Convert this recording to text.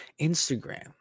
Instagram